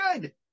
good